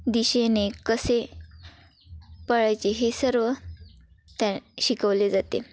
दिशेने कसे पळायचे हे सर्व त्या शिकवले जाते